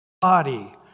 body